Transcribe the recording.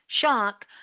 shock